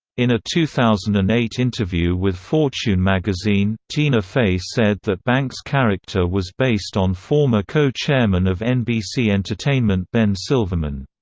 in a two thousand and eight interview with fortune magazine, tina fey said that banks' character was based on former co-chairman of nbc entertainment ben silverman.